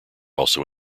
also